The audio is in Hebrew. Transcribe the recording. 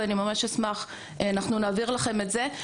ואני ממש אשמח, אנחנו נעביר לכם את זה.